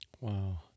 Wow